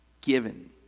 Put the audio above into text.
given